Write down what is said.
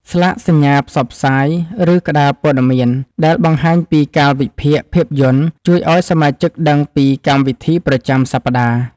ស្លាកសញ្ញាផ្សព្វផ្សាយ ឬក្ដារព័ត៌មានដែលបង្ហាញពីកាលវិភាគភាពយន្ត ជួយឱ្យសមាជិកដឹងពីកម្មវិធីប្រចាំសប្តាហ៍។